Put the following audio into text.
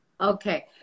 Okay